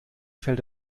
fällt